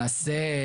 למעשה,